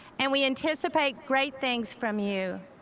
and we anticipate great things from you,